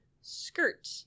skirt